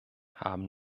haben